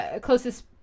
closest